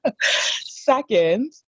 Second